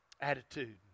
Attitude